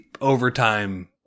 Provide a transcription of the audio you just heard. overtime